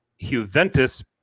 Juventus